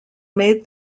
made